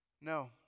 No